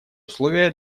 условие